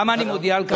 למה אני מודיע על כך?